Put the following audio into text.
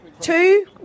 Two